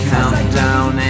Countdown